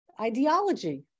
ideology